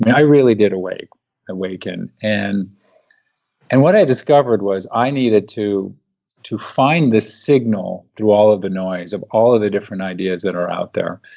i really did awaken. and and what i discovered was i needed to to find this signal through all of the noise of all of the different ideas that are out there.